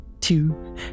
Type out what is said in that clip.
two